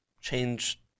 change